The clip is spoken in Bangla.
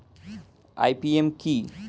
আই.পি.এম কি?